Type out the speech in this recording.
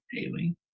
daily